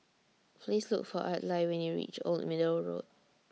Please Look For Adlai when YOU REACH Old Middle Road